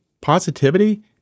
positivity